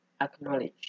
acknowledge